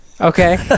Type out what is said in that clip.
Okay